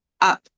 up